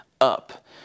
up